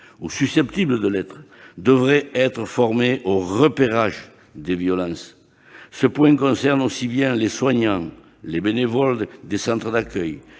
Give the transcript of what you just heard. ou susceptibles de l'être, devraient être formés au repérage des violences. Ce point concerne aussi bien les soignants, les bénévoles des centres d'accueil,